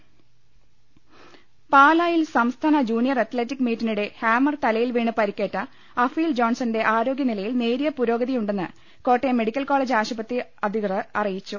രംഭട്ട്ട്ട്ട്ട്ട്ട്ട്ട പാലായിൽ സംസ്ഥാന junior athletic മീറ്റിനിടെ ഹാമർ തലയിൽ വീണ് പരിക്കേറ്റ അഫീൽ ജോൺസന്റെ ആരോഗൃനിലയിൽ നേരിയ പുരോഗതി ഉണ്ടെന്ന് കോട്ടയം മെഡിക്കൽ കോളജ് ആശുപത്രി അധികൃതർ അറിയിച്ചു